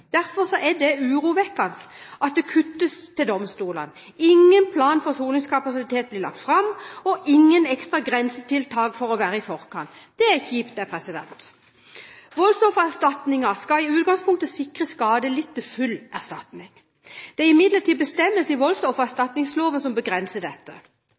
Derfor er det urovekkende at det kuttes til domstolene, at plan for soningskapasitet ikke blir lagt fram, og heller ikke ekstra grensetiltak for å være i forkant. Det er kjipt! Voldsoffererstatningen skal i utgangspunktet sikre skadelidte full erstatning. Det er imidlertid bestemmelser i voldsoffererstatningsloven som begrenser dette.